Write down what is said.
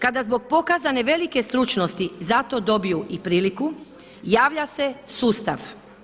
Kada zbog pokazane velike stručnosti za to dobiju i priliku javlja se sustav.